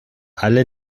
alle